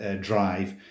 drive